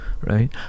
right